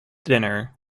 dinner